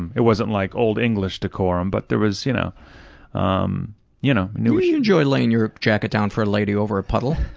and it wasn't like old english decorum but there was. you know um you know you enjoy laying your jacket down for a lady over a puddle.